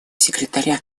секретаря